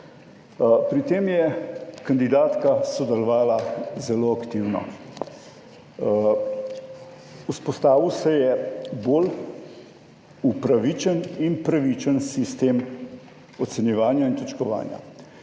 Pri tem je kandidatka sodelovala zelo aktivno. Vzpostavil se je bolj upravičen in pravičen sistem ocenjevanja in točkovanja.